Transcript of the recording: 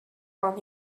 from